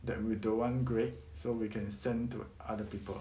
that we don't want grade so we can send to other people